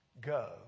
go